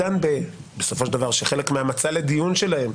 בסופו של דבר חלק מהמצע לדיון שלהם,